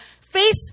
face